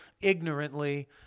ignorantly